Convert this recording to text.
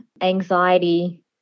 anxiety